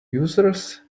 users